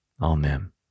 Amen